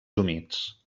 humits